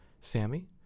Sammy